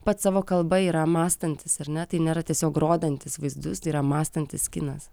pats savo kalba yra mąstantis ar ne tai nėra tiesiog rodantis vaizdus tai yra mąstantis kinas